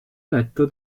letto